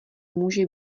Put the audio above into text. může